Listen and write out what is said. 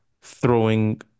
throwing